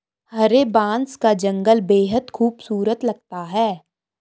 हरे बांस का जंगल बेहद खूबसूरत लगता है